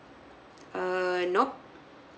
uh nope